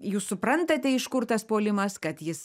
jūs suprantate iš kur tas puolimas kad jis